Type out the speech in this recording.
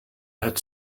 had